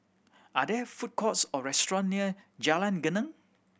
are there food courts or restaurant near Jalan Geneng